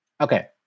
okay